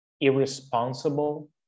irresponsible